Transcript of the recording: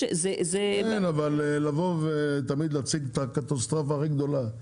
כן, אבל לבוא ותמיד להציג את הקטסטרופה הכי גדולה,